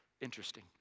Interesting